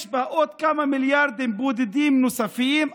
יש בה עוד כמה מיליארדים בודדים נוספים,